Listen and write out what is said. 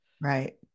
Right